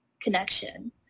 connection